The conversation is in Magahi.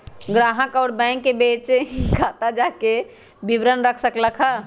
ग्राहक अउर बैंक के बीचे ही खाता जांचे के विवरण रख सक ल ह